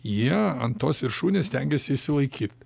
jie ant tos viršūnės stengiasi išsilaikyt